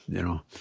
you know